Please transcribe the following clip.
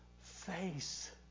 face